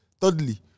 Thirdly